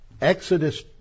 Exodus